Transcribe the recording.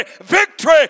victory